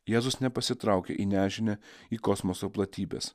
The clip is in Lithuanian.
jėzus nepasitraukė į nežinią į kosmoso platybes